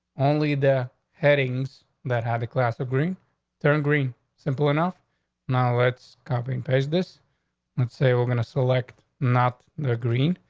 onley the headings that have a class agree there in green simple enough now lets comforting pace this let's say we're gonna select not the green,